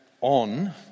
on